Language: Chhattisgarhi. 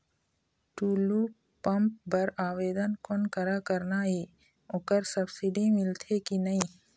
टुल्लू पंप बर आवेदन कोन करा करना ये ओकर सब्सिडी मिलथे की नई?